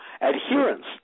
adherence